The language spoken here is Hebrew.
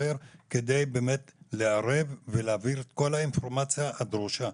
אחר כדי לערב ולהעביר את כל האינפורמציה הדרושה.